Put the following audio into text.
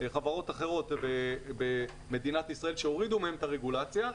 חברות אחרות במדינת ישראל שהורידו מהן את הרגולציה.